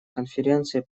конференции